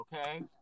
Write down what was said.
okay